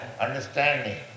understanding